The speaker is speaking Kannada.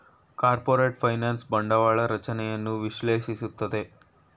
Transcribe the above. ಕಾರ್ಪೊರೇಟ್ ಫೈನಾನ್ಸ್ ಬಂಡವಾಳ ರಚನೆಯನ್ನು ವಿಶ್ಲೇಷಿಸುತ್ತದೆ